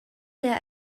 der